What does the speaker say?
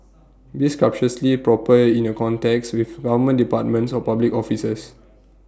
be scrupulously proper in your contacts with government departments or public officers